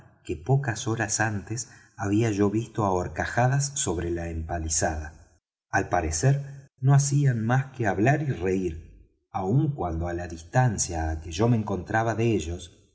que pocas horas antes había yo visto á horcajadas sobre la empalizada al parecer no hacían más que hablar y reir aun cuando á la distancia á que yo me encontraba de